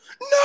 no